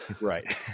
Right